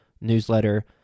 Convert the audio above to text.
newsletter